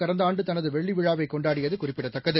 கடந்த ஆண்டு தனது வெள்ளிவிழாவைக் கொண்டாடியது குறிப்பிடத்தக்கது